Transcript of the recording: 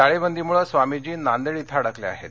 टाळेबंदीमुळे स्वामीजी नांदेड इथं अडकले हेत